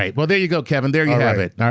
ah well, there you go, kevin, there you have it.